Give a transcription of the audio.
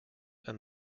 and